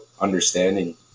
understanding